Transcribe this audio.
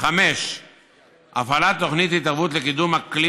5. הפעלת תוכניות התערבות לקידום אקלים